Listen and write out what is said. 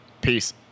Peace